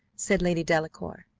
said lady delacour.